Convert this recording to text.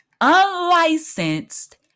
unlicensed